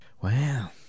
Wow